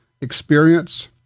experience